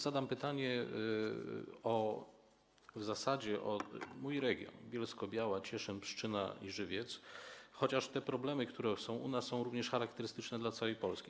Zadam pytanie w zasadzie o mój region - Bielsko-Biała, Cieszyn, Pszczyna i Żywiec - chociaż te problemy, które są u nas, są również charakterystyczne dla całej Polski.